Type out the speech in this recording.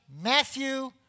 Matthew